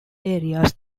areas